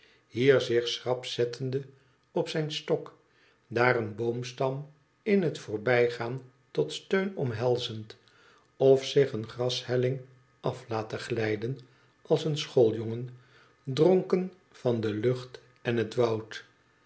zich schrap zettende op zijn stok daar een boomstam in het voorbijgaan tot steun omhelzend of zich een grashelling af latende ghjden als een schooljongen dronken van de lucht en het woud